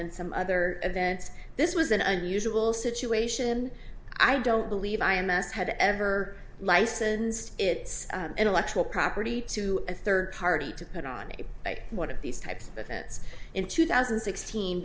in some other events this was an unusual situation i don't believe i m s had ever licensed its intellectual property to a third party to put on a one of these types of events in two thousand and sixteen